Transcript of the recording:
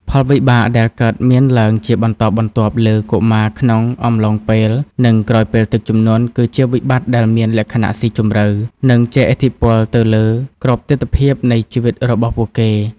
ផលវិបាកដែលកើតមានឡើងជាបន្តបន្ទាប់លើកុមារក្នុងអំឡុងពេល និងក្រោយពេលទឹកជំនន់ គឺជាវិបត្តិដែលមានលក្ខណៈស៊ីជម្រៅ និងជះឥទ្ធិពលទៅលើគ្រប់ទិដ្ឋភាពនៃជីវិតរបស់ពួកគេ។